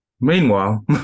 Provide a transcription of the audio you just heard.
Meanwhile